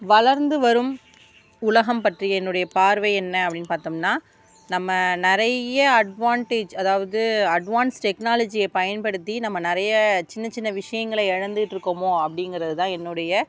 வளர்ந்து வரும் உலகம் பற்றிய என்னுடைய பார்வை என்ன அப்படின்னு பார்த்தோம்னா நம்ம நிறைய அட்வான்டேஜ் அதாவது அட்வான்ஸ் டெக்னாலஜியை பயன்படுத்தி நம்ம நிறைய சின்ன சின்ன விஷயங்களை இழந்துட்ருக்கமோ அப்படிங்கிறது தான் என்னுடைய